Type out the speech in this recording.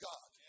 God